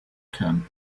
can